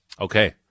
okay